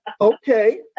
Okay